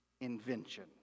invention